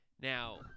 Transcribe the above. Now